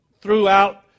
throughout